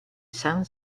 san